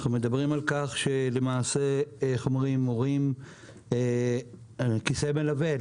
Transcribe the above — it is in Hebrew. אנחנו מדברים על כך שהורים זקוקים לכיסא מלווה.